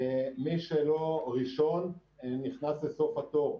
מי שלא ראשון, נכנס לסוף התור.